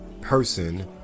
person